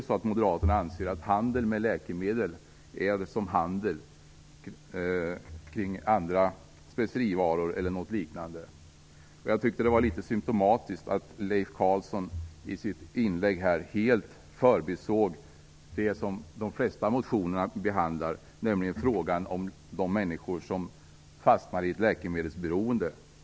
Anser Moderaterna att handel med läkemedel är som handel med specerivaror och liknande varor? Jag tyckte att det var litet symtomatiskt att Leif Carlson i sitt inlägg helt förbisåg det de flesta motionerna behandlar, nämligen frågan om de människor som fastnar i ett läkemedelsberoende.